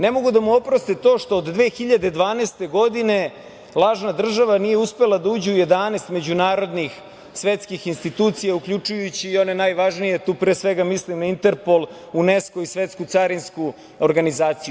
Ne mogu da mu oproste to što do 2012. godine lažna država nije uspela da uđe u 11 međunarodnih svetskih institucija, uključujući i one najvažnije, tu pre svega mislim na Interpol, Unesko i Svetsku carinsku organizaciju.